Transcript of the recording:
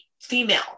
female